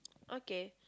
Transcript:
okay